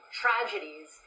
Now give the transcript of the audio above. tragedies